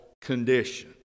condition